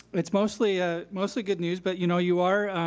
it's mostly ah mostly good news, but you know you are,